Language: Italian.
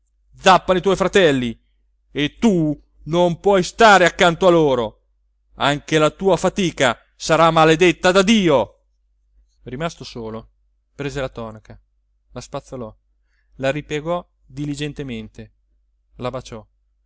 zappano i tuo fratelli e tu non puoi stare accanto a loro anche la tua fatica sarà maledetta da dio rimasto solo prese la tonaca la spazzolò la ripiegò diligentemente la baciò